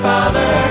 Father